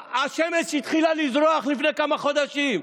השמש התחילה לזרוח לפני כמה חודשים,